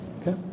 Okay